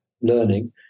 learning